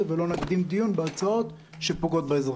ולא נקדים דיון בהצעות שפוגעות באזרחים.